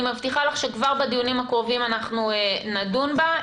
אני מבטיחה לך שכבר בדיונים הקרובים נדון בה.